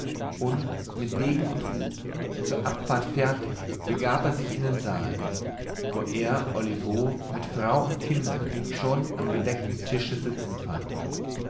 und mit degen und hut zur abfahrt fertig begab er sich in den saal wo er olivo mit frau und kindern schon am gedeckten tische sitzend fand